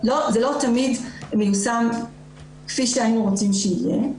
זה לא תמיד מיושם כפי שהיינו רוצים שיהיה.